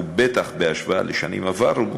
ובטח בהשוואה לשנים עברו,